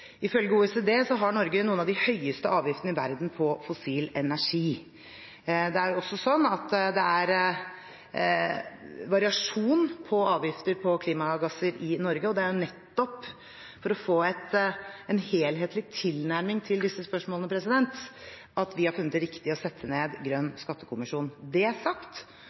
Ifølge OECD har Norge noen av de høyeste avgiftene i verden på fossil energi. Det er også variasjon i avgifter på klimagasser i Norge, og det er nettopp for å få en helhetlig tilnærming til disse spørsmålene at vi har funnet det riktig å sette ned Grønn skattekommisjon. Når det er sagt,